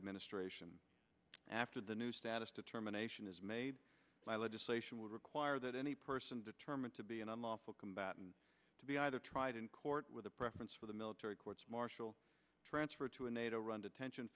administration after the new status determination is made by legislation would require that any person determined to be an unlawful combatant to be either tried in court with a preference for the military courts martial transfer to a nato one detention